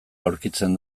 aurkitzen